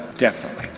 definitely.